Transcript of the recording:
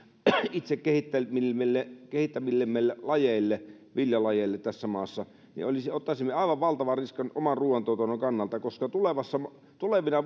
itse kehittämillemme kehittämillemme lajeille viljalajeille tässä maassa niin ottaisimme aivan valtavan riskin oman ruuantuotannon kannalta koska tulevina